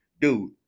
dude